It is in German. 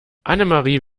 annemarie